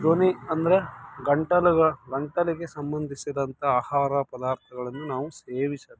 ಧ್ವನಿ ಅಂದರೆ ಗಂಟಲು ಗಂಟಲಿಗೆ ಸಂಬಂದಿಸಿದಂಥ ಆಹಾರ ಪದಾರ್ಥಗಳನ್ನು ನಾವು ಸೇವಿಸಬೇಕು